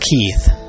Keith